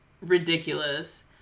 ridiculous